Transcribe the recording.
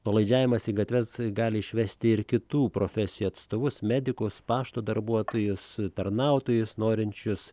nuolaidžiavimas į gatves gali išvesti ir kitų profesijų atstovus medikus pašto darbuotojus tarnautojus norinčius